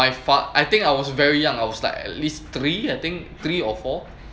my fa~ I think I was very young I was like at least three I think three or four